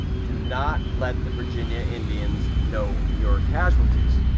do not let the virginia indians know your casualties.